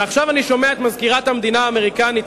ועכשיו אני שומע את מזכירת המדינה האמריקנית,